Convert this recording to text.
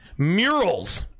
murals